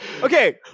Okay